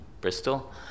Bristol